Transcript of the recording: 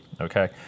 okay